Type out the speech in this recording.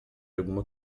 alguma